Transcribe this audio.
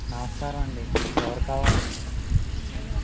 నమస్కారం అండి ఎవరు కావాలి